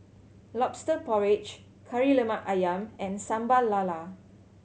Lobster Porridge Kari Lemak Ayam and Sambal Lala